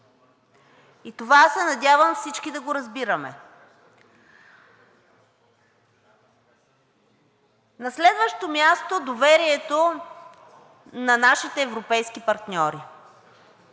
И това се надявам всички да го разбираме. На следващо място, доверието на нашите европейски партньори.